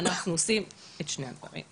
אנחנו עושים את שני הדברים הבאים.